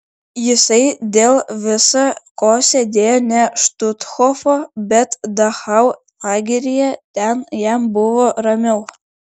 jisai dėl visa ko sėdėjo ne štuthofo bet dachau lageryje ten jam buvo ramiau